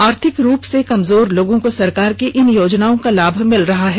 आर्थिक रूप से कमजोर लोगों को सरकार की इन योजनाओं का लाभ मिल रहा है